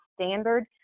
standard